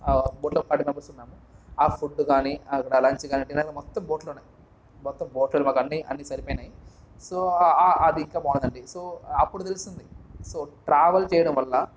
బోట్లో forty members ఉన్నాం ఆ ఫుడ్డు కాని ఆ లంచ్ కాని డిన్నర్ మొత్తం బోటులోనే మొత్తం బోట్లోనే మాకు అన్ని అన్ని సరిపోయిని సో అవి ఇంకా బాగుందండి అప్పుడు తెలిసింది సో ట్రావెల్ చేయడం వల్ల